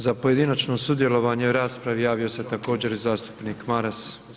Za pojedinačno sudjelovanje u raspravi javio se također i zastupnik Maras.